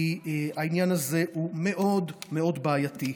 כי העניין הזה הוא מאוד מאוד בעייתי.